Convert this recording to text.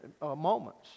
moments